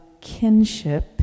kinship